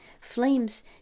flames